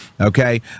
okay